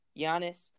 Giannis